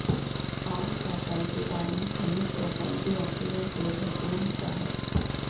आम का फल विटामिन, खनिज और एंटीऑक्सीडेंट से भरपूर होता है